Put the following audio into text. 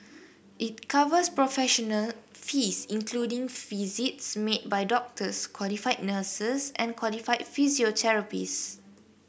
it covers professional fees including visits made by doctors qualified nurses and qualified physiotherapists